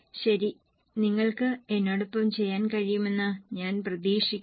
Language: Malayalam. ശരി നിങ്ങൾക്ക് എന്നോടൊപ്പം ചെയ്യാൻ കഴിയുമെന്ന് ഞാൻ പ്രതീക്ഷിക്കുന്നു